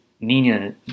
Nina